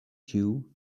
jew